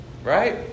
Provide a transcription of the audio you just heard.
Right